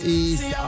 east